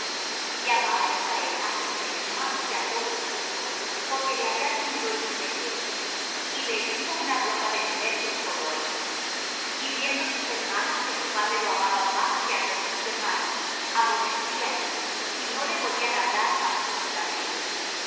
y amaba israel á josé más que á todos sus hijos porque le había tenido en su vejez y le hizo una ropa de diversos colores y viendo sus hermanos que su padre lo amaba más que á todos sus hermanos aborrecíanle y no le podían hablar pacíficamente